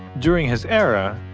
during his era,